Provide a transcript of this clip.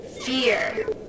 Fear